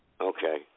Okay